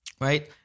right